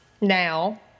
now